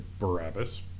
Barabbas